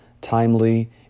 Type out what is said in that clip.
timely